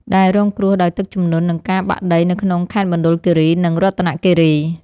ដែលរងគ្រោះដោយទឹកជំនន់ និងការបាក់ដីនៅក្នុងខេត្តមណ្ឌលគិរី និងរតនគិរី។